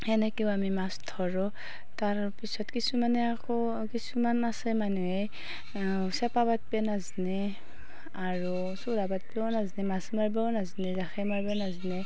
সেনেকৈও আমি মাছ ধৰোঁ তাৰপিছত কিছুমানে আকৌ কিছুমান আছে মানুহে চেপা পাতিব নাজানে আৰু চোৰহা পাতিবও নাজানে মাছ মাৰিবও নাজানে জাকেই মাৰিবও নাজানে